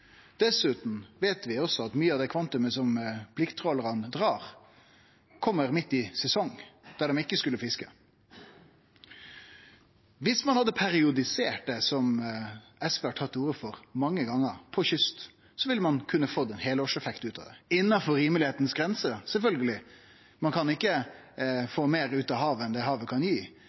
Dessutan veit vi også at mykje av det kvantumet som plikttrålarane drar, kjem midt i sesong då dei ikkje skulle fiske. Dersom ein hadde periodisert det på kyst, som SV har tatt til orde for mange gonger, ville ein kunne få ein heilårs effekt ut av det, innanfor rimelege grenser, sjølvsagt. Ein kan ikkje få meir ut av havet enn det havet kan gi.